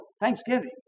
Thanksgiving